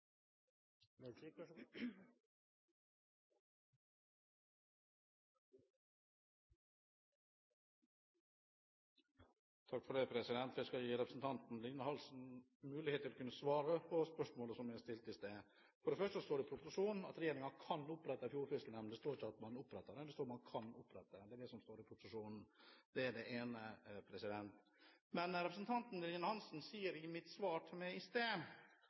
Hansen mulighet til å svare på spørsmålet som jeg stilte i sted. For det første står det i proposisjonen at regjeringen kan opprette en fjordfiskenemnd. Det står ikke at man oppretter den, men det står at man kan opprette, det er det som står i proposisjonen. Det er det ene. Representanten Lillian Hansen sa i sitt svar til meg i